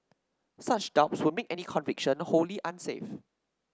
such doubts would make any conviction wholly unsafe